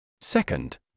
Second